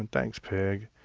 and thanks, pig.